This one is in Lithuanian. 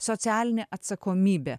socialinė atsakomybė